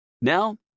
Now